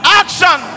action